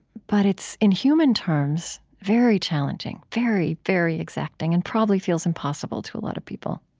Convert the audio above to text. but it's in human terms very challenging, very, very exacting and probably feels impossible to a lot of people